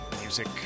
music